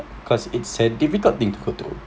cause it's a difficult thing to go to